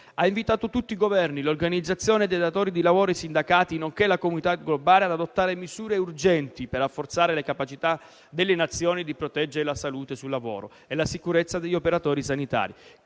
ha invitato tutti i Governi, le organizzazioni dei datori di lavoro e i sindacati, nonché la comunità globale, ad adottare misure urgenti per rafforzare le capacità delle Nazioni di proteggere la salute sul lavoro e la sicurezza degli operatori sanitari.